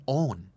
own